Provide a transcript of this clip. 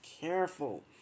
careful